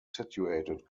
situated